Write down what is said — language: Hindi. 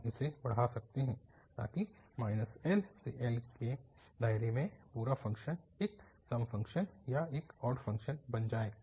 हम इसे बढ़ा सकते हैं ताकि LL के दायरे में पूरा फंक्शन एक सम फंक्शन या एक ऑड फंक्शन बन जाए